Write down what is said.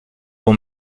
l’on